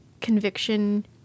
conviction